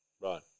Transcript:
Right